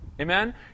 Amen